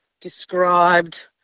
described